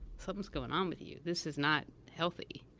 something is going on with you. this is not healthy.